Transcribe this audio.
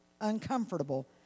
uncomfortable